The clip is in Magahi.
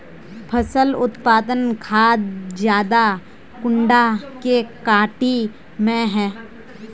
फसल उत्पादन खाद ज्यादा कुंडा के कटाई में है?